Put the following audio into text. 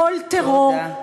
כל טרור,